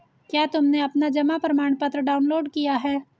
क्या तुमने अपना जमा प्रमाणपत्र डाउनलोड किया है?